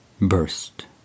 burst